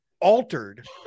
altered